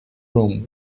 room